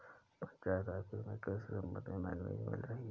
panchayat office में कृषि से संबंधित मैगजीन मिल रही है